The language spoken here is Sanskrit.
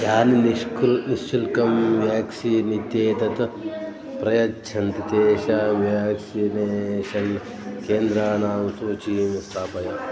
यानि निश्कुल् निश्शुल्कं व्याक्सीन् इत्येतत् प्रयच्छन्ति तेषां व्याक्सिनेषन् केन्द्राणां सूचीं स्थापय